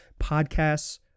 Podcasts